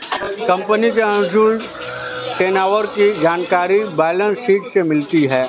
company का annual turnover की जानकारी बैलेंस शीट से मिलती है